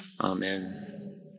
Amen